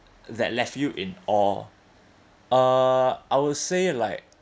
that left you in awe uh I would say like